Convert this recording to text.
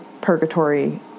purgatory